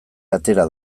atera